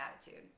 attitude